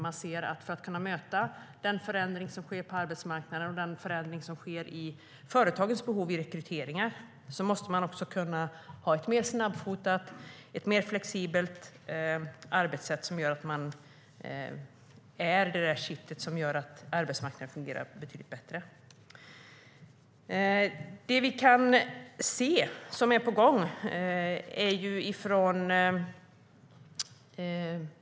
Man ser att man, för att kunna möta den förändring som sker på arbetsmarknaden och den förändring som sker i fråga om företagens behov av rekryteringar, måste ha ett mer snabbfotat och flexibelt arbetssätt som gör att man är det kitt som gör att arbetsmarknaden fungerar betydligt bättre. Vi kan se vad som är på gång.